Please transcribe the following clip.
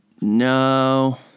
No